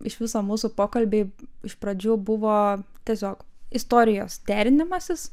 iš viso mūsų pokalbiai iš pradžių buvo tiesiog istorijos derinimasis